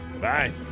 bye